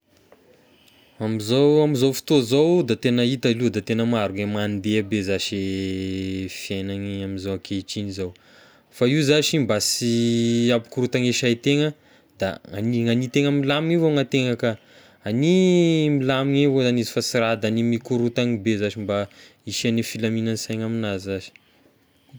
Amizao ame izao fotoa zao da tegna hita aloha da tegna maro gne mandeha be zashy fiainany amizao ankehitriny izao, fa io zashy mba sy hampikoratany e saitegna da ny hania tegna milamigna avao ny an-tegna ka, hania milamina avao zagny izay fa sy raha da hania mikorotany be zashy, mba hisian'ny filamin-saina amigna zashy.